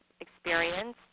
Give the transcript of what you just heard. experience